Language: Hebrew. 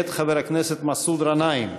מאת חבר הכנסת מסעוד גנאים.